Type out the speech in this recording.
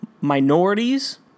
Minorities